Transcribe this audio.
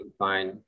fine